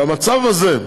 והמצב הזה,